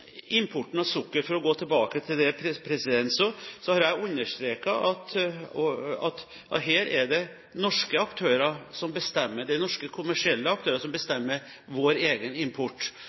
importen av sukker – for å gå tilbake til det – har jeg understreket at her er det norske aktører som bestemmer, det er norske kommersielle aktører som bestemmer vår egen import.